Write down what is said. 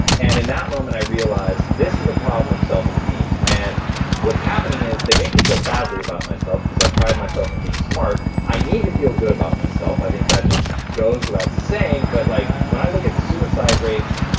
and in that moment, i realized this is a problem of self-esteem. and what's happening is they make me feel badly about myself because i pride myself on being smart. i need to feel good about myself. i think that just goes without saying, but like when i look at suicide rates,